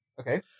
Okay